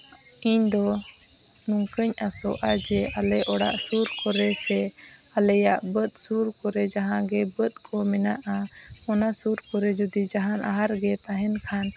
ᱤᱧᱫᱚ ᱱᱚᱝᱠᱟᱹᱧ ᱟᱸᱥᱚᱜᱼᱟ ᱡᱮ ᱟᱞᱮ ᱚᱲᱟᱜ ᱥᱩᱨ ᱠᱚᱨᱮ ᱥᱮ ᱟᱞᱮᱭᱟᱜ ᱵᱟᱹᱫᱽ ᱥᱩᱨ ᱠᱚᱨᱮ ᱡᱟᱦᱟᱸ ᱜᱮ ᱵᱟᱹᱫᱽ ᱠᱚ ᱢᱮᱱᱟᱜᱼᱟ ᱚᱱᱟ ᱥᱩᱨ ᱠᱚᱨᱮ ᱡᱩᱫᱤ ᱡᱟᱦᱟᱱᱟᱜ ᱟᱦᱟᱨ ᱜᱮ ᱛᱟᱦᱮᱱ ᱠᱷᱟᱱ